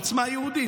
עוצמה יהודית,